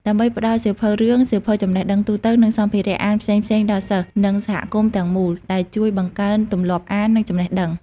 ដើម្បីផ្តល់សៀវភៅរឿង សៀវភៅចំណេះដឹងទូទៅ និងសម្ភារៈអានផ្សេងៗដល់សិស្ស និងសហគមន៍ទាំងមូល ដែលជួយបង្កើនទម្លាប់អាន និងចំណេះដឹង។